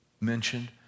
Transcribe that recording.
mentioned